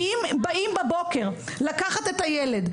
כי אם באים בבוקר לקחת את הילד,